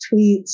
tweets